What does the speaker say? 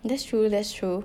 that's true that's true